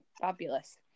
fabulous